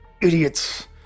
idiots